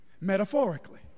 metaphorically